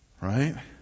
right